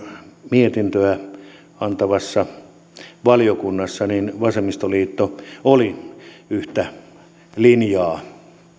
mietintöä antavassa valiokunnassa vasemmistoliitto oli yhtä linjaa